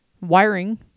wiring